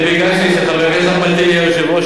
אני ביקשתי שחבר הכנסת אחמד טיבי יהיה היושב-ראש,